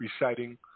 reciting